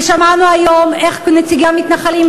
ושמענו היום איך נציגי המתנחלים,